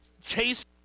chase